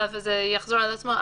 וזה יחזור על עצמו,